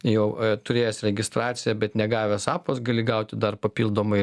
jau turėjęs registraciją bet negavęs apos gali gauti dar papildomai